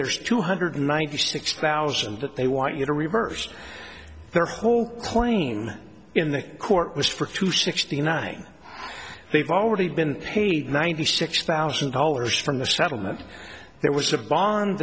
there's two hundred ninety six thousand that they want you to reverse their whole claim in the court was for two sixty nine they've already been paid ninety six thousand all from the settlement there was a bond